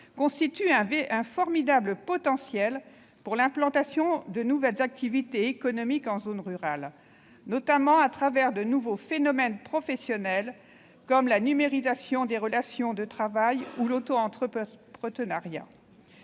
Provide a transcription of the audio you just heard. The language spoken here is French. constituent un formidable potentiel pour l'implantation de nouvelles activités économiques en zone rurale, notamment à travers de nouveaux phénomènes professionnels comme la numérisation des relations de travail et l'auto-entrepreneuriat.